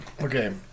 Okay